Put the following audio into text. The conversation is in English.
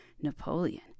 Napoleon